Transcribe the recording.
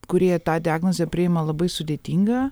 kurie tą diagnozę priima labai sudėtingą